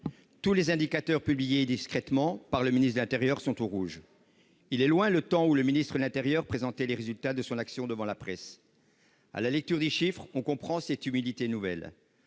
tous les indicateurs publiés discrètement par le ministère de l'intérieur sont au rouge. Il est loin le temps où le ministre présentait les résultats de son action devant la presse ! À la lecture des chiffres, on comprend cette humilité nouvelle